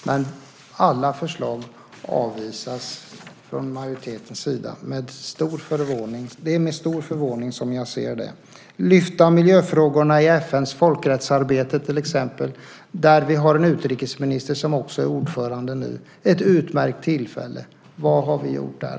Men alla förslag avvisas från majoritetens sida. Det är med stor förvåning som jag ser det. Att till exempel lyfta miljöfrågorna i FN:s folkrättsarbete, där vi har en utrikesminister som är ordförande, är ett utmärkt tillfälle. Vad har vi gjort där?